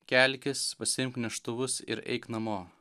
kelkis pasiimk neštuvus ir eik namo